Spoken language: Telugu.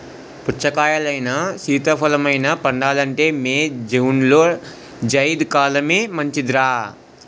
పుచ్చకాయలైనా, సీతాఫలమైనా పండాలంటే మే, జూన్లో జైద్ కాలమే మంచిదర్రా